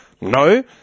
No